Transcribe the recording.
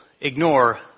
ignore